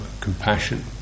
compassion